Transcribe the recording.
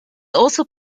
also